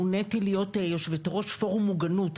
מוניתי להיות יושבת ראש פורום המוגנות,